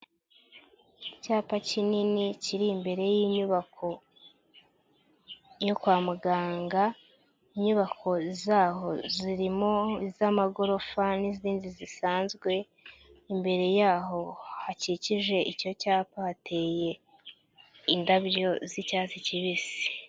Icyapa kinini kiri imbere y'inyubako yo kwa muganga, inyubako zaho zirimo iz'amagorofa n'izindi zisanzwe, imbere yaho hakikije icyo cyapa hateye indabyo z'icyatsi kibisi.